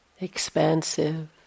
expansive